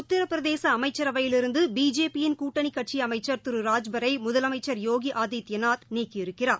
உத்திரபிரதேசஅமைச்சரவையில் இருந்தபிஜேபியின் கூட்டணிகட்சிஅமைச்சர் திரு ராஜ்பரைமுதலமைச்சர் யோகிஆதித்யநாத் நீக்கியிருக்கிறார்